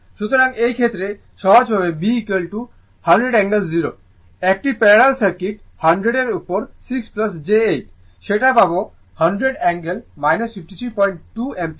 সুতরাং এই ক্ষেত্রে সহজভাবে b 100 অ্যাঙ্গেল 0 একটি প্যারালাল সার্কিট 100 এর উপর 6 j 8 সেটা পাব 10 অ্যাঙ্গেল 532o অ্যাম্পিয়ার